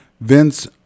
Vince